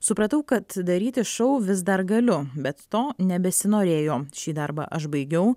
supratau kad daryti šou vis dar galiu bet to nebesinorėjo šį darbą aš baigiau